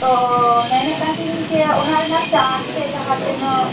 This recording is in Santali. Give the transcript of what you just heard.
ᱛᱚ ᱢᱮᱱᱮᱜ ᱠᱟᱱ ᱛᱟᱦᱮᱱᱟᱹᱧ ᱡᱮ ᱚᱱᱟ ᱨᱮᱱᱟᱜ ᱪᱟᱨᱡᱽ ᱥᱮ ᱡᱟᱦᱟᱸ ᱛᱤᱱᱟᱹᱜ